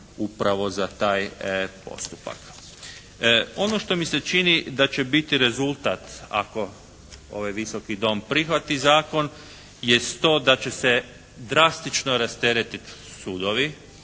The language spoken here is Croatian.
upravo za taj postupak. Ono što mi se čini da će biti rezultat ako ovaj Visoki dom prihvati zakon, jest to da će se drastično rasteretit sudovi.